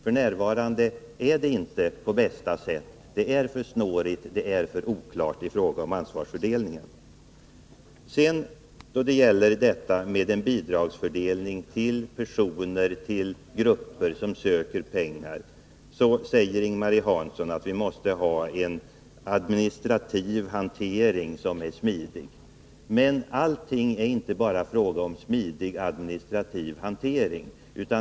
F. n. är det inte på bästa sätt. Det är för snårigt och oklart i fråga om ansvarsfördelningen. Då det sedan gäller bidragsfördelning till grupper som söker pengar säger Ing-Marie Hansson att vi måste ha en smidig administrativ hantering. Men allting är inte bara fråga om smidig administrativ hantering.